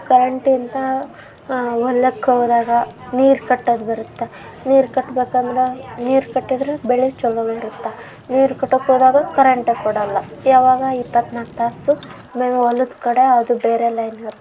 ಕರೆಂಟಿಂದ ಹೊಲಕ್ಕೆ ಹೋದಾಗ ನೀರು ಕಟ್ಟೋದು ಬರುತ್ತೆ ನೀರು ಕಟ್ಬೇಕು ಅಂದ್ರೆ ನೀರು ಕಟ್ಟಿದ್ರೆ ಬೆಳೆ ಚಲೋವಿರುತ್ತೆ ನೀರು ಕಟ್ಟೋಕ್ಕೆ ಹೋದಾಗ ಕರೆಂಟೇ ಕೊಡೋಲ್ಲ ಯಾವಾಗ ಇಪ್ಪತ್ತ್ನಾಲ್ಕು ತಾಸು ಹೊಲದ ಕಡೆ ಅದು ಬೇರೆ ಲೈನ್ ಇರುತ್ತೆ